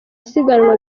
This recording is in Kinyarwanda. isiganwa